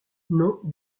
nom